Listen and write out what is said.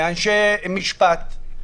מאנשי משפט,